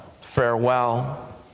Farewell